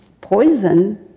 poison